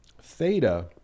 theta